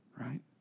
right